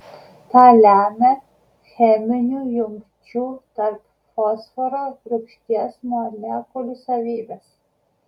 tą lemia cheminių jungčių tarp fosforo rūgšties molekulių savybės